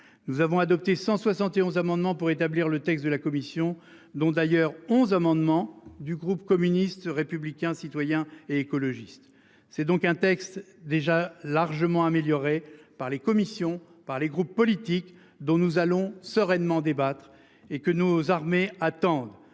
Nous avons adopté 171 amendement pour établir le texte de la commission dont d'ailleurs 11 amendements du groupe communiste, républicain, citoyen et écologiste. C'est donc un texte déjà largement améliorée par les commissions par les groupes politiques, dont nous allons sereinement débattre et que nos armées attendent,